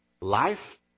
life